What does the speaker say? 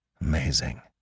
Amazing